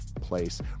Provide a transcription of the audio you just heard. place